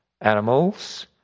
animals